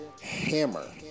Hammer